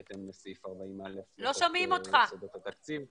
בהתאם לסעיף 40א לחוק יסודות התקציב.